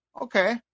okay